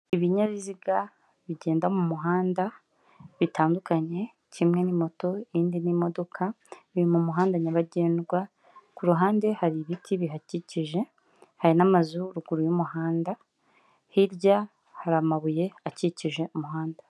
Ibinyabiziga bigenda mu muhanda bitandukanye kimwe n'imotoindi n'imodoka biri mu muhanda nyabagendwa ku ruhande hari ibiti bihakikije hari n'amazuruguru y'umuhanda, hirya hari amabuye akikije umuhanda.